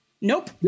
Nope